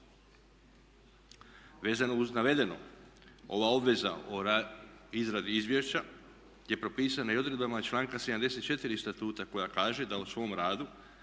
Vezano uz navedeno ova obveza o izradi izvješća je propisana i odredbama članka 74. Statuta koja kaže da o svom radu